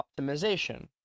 optimization